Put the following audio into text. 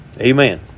Amen